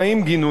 גינויים,